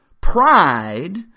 Pride